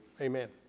Amen